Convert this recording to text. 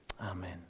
amen